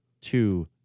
two